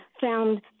found